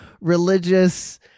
religious